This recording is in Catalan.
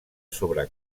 sobre